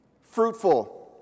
Fruitful